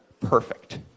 perfect